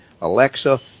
Alexa